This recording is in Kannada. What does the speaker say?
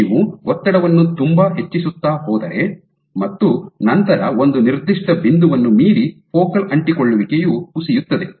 ನೀವು ಒತ್ತಡವನ್ನು ತುಂಬ ಹೆಚ್ಚಿಸುತ್ತ ಹೋದರೆ ಮತ್ತು ನಂತರ ಒಂದು ನಿರ್ದಿಷ್ಟ ಬಿಂದುವನ್ನು ಮೀರಿ ಫೋಕಲ್ ಅಂಟಿಕೊಳ್ಳುವಿಕೆಯು ಕುಸಿಯುತ್ತದೆ